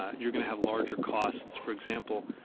you're going to have larger costs. for example,